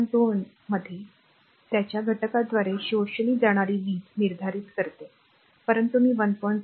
21 मध्ये त्याच्या घटकाद्वारे शोषली जाणारी वीज निर्धारित करते परंतु मी 1